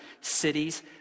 cities